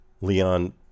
Leon